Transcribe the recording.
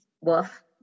woof